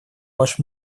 ваш